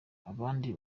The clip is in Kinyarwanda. abandi